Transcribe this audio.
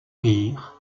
rire